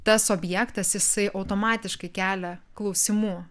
tas objektas jisai automatiškai kelia klausimų